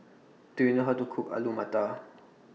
Do YOU know How to Cook Alu Matar